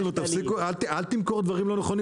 אל תמכור דברים לא נכונים.